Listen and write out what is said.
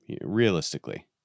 realistically